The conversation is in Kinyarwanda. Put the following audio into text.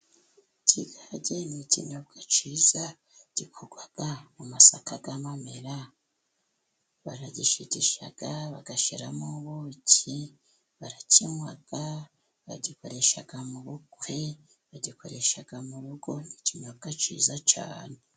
Ikigage ni ikinyobwa cyiza gikorwa mu masaka y'amamera, baragishigisha, bagashyiramo ubuki, barakinywa, bagikoresha mu bukwe, bagikoresha mu rugo, ni ikinyobwa cyiza cyane.